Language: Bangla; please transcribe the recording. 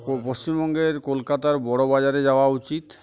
পশ্চিমবঙ্গের কলকাতার বড় বাজারে যাওয়া উচিত